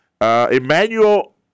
Emmanuel